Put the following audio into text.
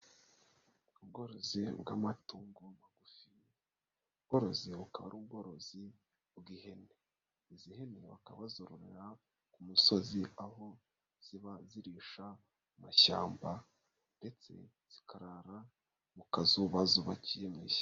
Ubworozi bw'amatungo magufi, ubworozi bukaba ari ubworozi bw'ihene, izi hene bakaba bazororera ku musozi aho ziba zirisha mu mashyamba ndetse zikarara mu kazu bazubakiye mu ishyamba.